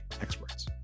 experts